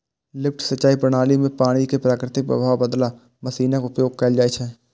lift सिंचाइ प्रणाली मे पानि कें प्राकृतिक प्रवाहक बदला मशीनक उपयोग कैल जाइ छै